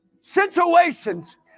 Situations